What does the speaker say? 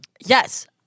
Yes